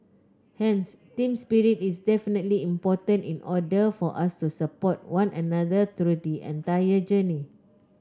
hence team spirit is definitely important in order for us to support one another through the entire journey